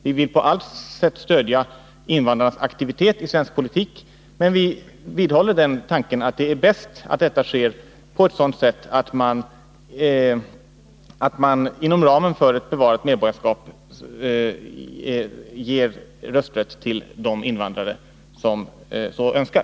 Vi vill på allt sätt stödja invandrarnas aktivitet i svensk politik. Men vi vidhåller tanken att det är bäst att detta sker på ett sådant sätt att man inom ramen för medborgarskapet ger rösträtt till de invandrare som så önskar.